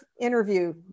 interview